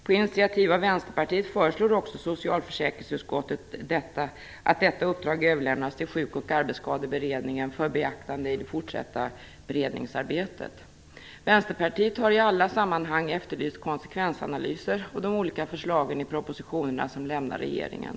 På initiativ från Vänsterpartiet föreslår också socialförsäkringsutskottet att detta uppdrag överlämnas till Sjuk och arbetsskadeberedningen för beaktande i det fortsatta beredningsarbetet. Vänsterpartiet har i alla sammanhang efterlyst konsekvensanalyser av de olika förslagen i de propositioner som lämnar regeringen.